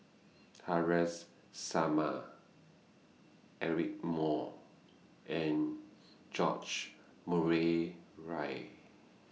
Haresh Sharma Eric Moo and George Murray Reith